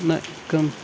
नाही कम